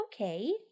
Okay